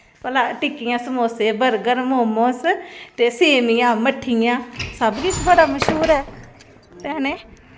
जे अवै बीऽ ते मतलव ऐ सौ सौ रपेआ तोड़ा ते पंजाह् पंजाह् रपेआ तोड़ा डीलर ब्लैक दिंदा जिमीदार बचैरा बोलदा ना ओह् शुकर करदा कि मिगी खाद दा तोड़ा थ्होई जा गौरमैंट गी अस चाह्ने आं कि